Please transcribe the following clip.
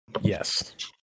Yes